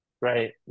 right